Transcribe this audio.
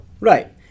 Right